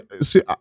see